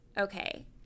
okay